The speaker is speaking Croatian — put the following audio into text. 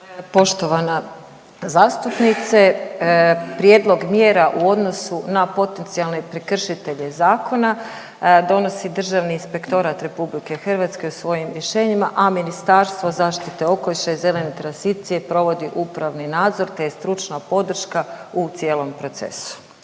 Poštovana zastupnice, prijedlog mjera u odnosu na potencijalne prekršitelje zakona donosi Državni inspektorat RH u svojim rješenjima, a Ministarstvo zaštite okoliša i zelene tranzicije provodi upravni nadzor te je stručna podrška u cijelom procesu.